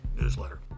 newsletter